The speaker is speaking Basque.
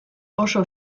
oso